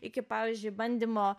iki pavyzdžiui bandymo